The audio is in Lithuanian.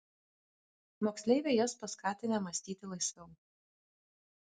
moksleiviai jas paskatinę mąstyti laisviau